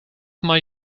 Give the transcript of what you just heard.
mij